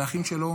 ואחים שלו